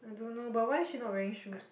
I don't know but why she not wearing shoes